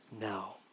now